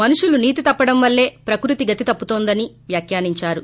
మనుషులు నీతి తప్పటం వల్లే ప్రకృతి గతి తప్పుతోందని వ్యాఖ్యానించారు